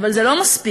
אבל זה לא מספיק,